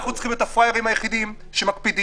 צריכים להיות הפראיירים היחידים שמקפידים".